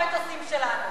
מהמטוסים שלנו.